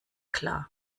klar